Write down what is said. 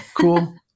cool